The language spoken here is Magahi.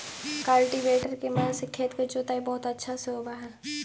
कल्टीवेटर के मदद से खेत के जोताई बहुत अच्छा से होवऽ हई